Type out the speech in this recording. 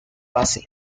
base